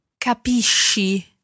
Capisci